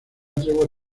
tregua